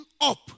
up